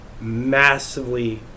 massively